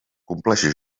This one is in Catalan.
compleixi